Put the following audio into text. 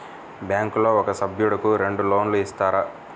బ్యాంకులో ఒక సభ్యుడకు రెండు లోన్లు ఇస్తారా?